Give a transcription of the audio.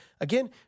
again